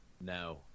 No